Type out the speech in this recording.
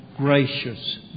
gracious